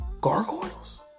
Gargoyles